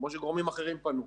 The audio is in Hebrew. כמו שגורמים אחרים פנו.